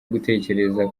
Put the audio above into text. gutekereza